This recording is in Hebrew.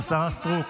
השרה סטרוק.